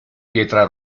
pietra